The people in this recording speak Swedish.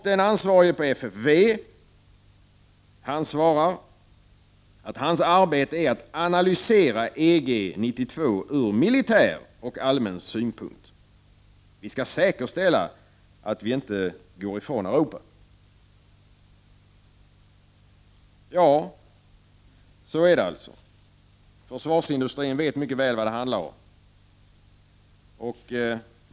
Den ansvarige på FFV sade att hans arbete är att analysera EG 1992 ur militär och allmän synpunkt — vi skall säkerställa att vi inte går ifrån Europa. Så är det alltså. Försvarsindustrin vet mycket väl vad det handlar om.